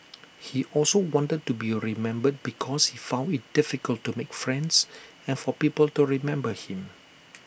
he also wanted to be remembered because he found IT difficult to make friends and for people to remember him